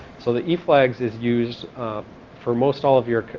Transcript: so the eflags is used for most all of your,